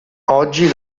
oggi